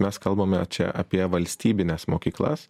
mes kalbame čia apie valstybines mokyklas